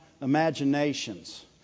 imaginations